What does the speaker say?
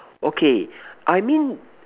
okay I mean